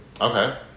Okay